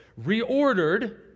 reordered